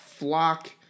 Flock